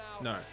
no